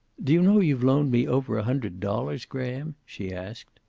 do you know you've loaned me over a hundred dollars, graham? she asked.